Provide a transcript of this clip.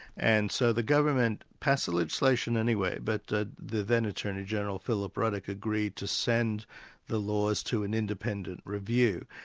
and so the government passed the legislation anyway, but the the then attorney-general, philip ruddock, agreed to send the laws to an independent review,